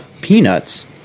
peanuts